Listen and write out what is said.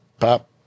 pop